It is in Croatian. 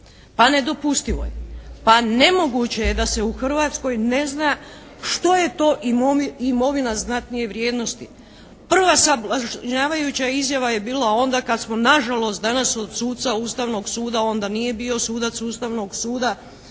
Pa nedopustivo je. Pa nemoguće je da se u Hrvatskoj ne zna što je to imovina znatnije vrijednosti. Prva sablažnjavajuća izjava je bila onda kad smo nažalost danas od suca Ustavnog suda, onda nije bio sudac Ustavnog suda,